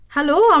Hello